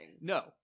No